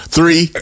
Three